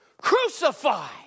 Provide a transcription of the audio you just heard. crucify